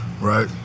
right